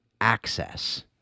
access